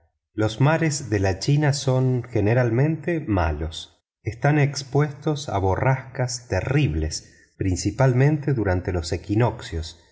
los mares de la china son generalmente malos están expuestos a borrascas terribles principalmente durante los equinoccios